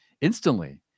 instantly